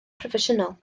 proffesiynol